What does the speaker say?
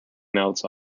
melts